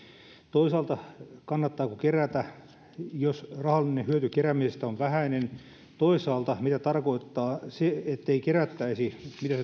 toisaalta kannattaako kerätä jos rahallinen hyöty keräämisestä on vähäinen toisaalta mitä tarkoittaa se ettei kerättäisi